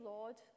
Lord